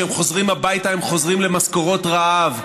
וכשהם חוזרים הביתה הם חוזרים למשכורות רעב,